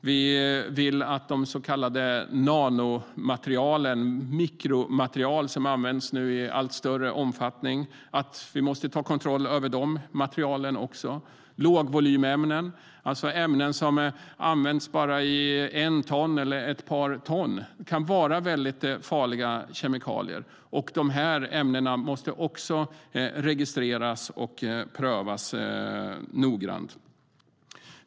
Vi vill att man ska ta kontroll över de så kallade nanomaterialen, mikromaterial, som används i allt större omfattning. Lågvolymämnen, ämnen som används i bara ett eller ett par ton, kan vara väldigt farliga kemikalier. De ämnena måste också registreras och prövas noggrant.